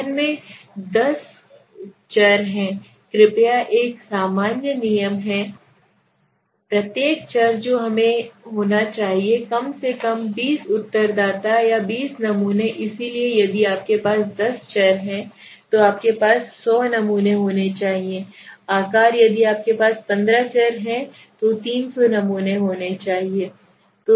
अध्ययन में दस चर हैं कृपया एक सामान्य नियम है प्रत्येक चर जो हमें होना चाहिए कम से कम 20 उत्तरदाता या 20 नमूने इसलिए यदि आपके पास 10 चर हैं तो आपके पास 100 नमूने होने चाहिए आकार यदि आपके पास 15 चर हैं तो 300 नमूने हैं